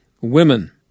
women